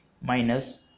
minus